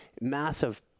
massive